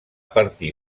partir